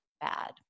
bad